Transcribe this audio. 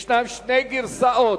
יש שתי גרסאות.